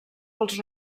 pels